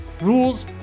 rules